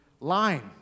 line